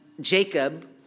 Jacob